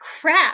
crap